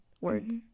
words